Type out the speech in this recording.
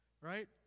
Right